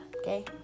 Okay